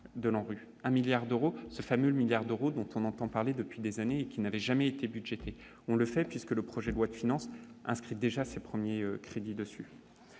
de l'ANRU un 1000000000 d'euros, ce fameux 1000000000 d'euros, dont on entend parler depuis des années et qui n'avait jamais été budgétés, on le fait, puisque le projet de loi de finances inscrit déjà ses premiers crédits dessus,